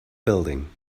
building